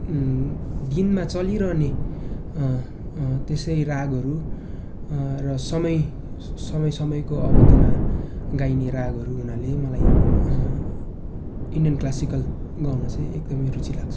दिनमा चलिरहने त्यसै रागहरू र समय समय समयको अवधिमा गाइने रागहरू हुनाले मलाई इन्डियन क्लासिकल गाउन चाहिँ एकदमै रुचि लाग्छ